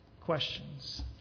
questions